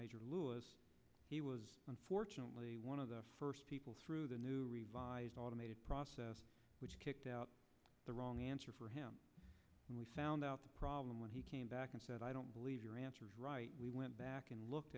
extent he was unfortunately one of the first people through the new revised automated process which kicked out the wrong answer for him when we found out the problem when he came back and said i don't believe your answer we went back and looked